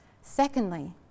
Secondly